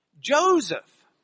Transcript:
Joseph